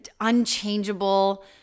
unchangeable